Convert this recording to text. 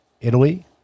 italy